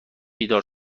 بیدار